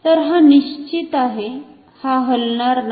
तर हा निश्चित आहे आणि हा हलणारा आहे